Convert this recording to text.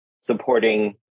supporting